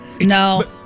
no